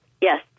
Yes